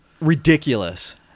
ridiculous